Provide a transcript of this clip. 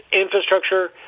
infrastructure